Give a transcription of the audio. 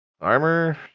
armor